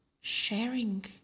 sharing